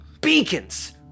beacons